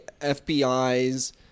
FBI's